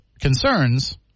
concerns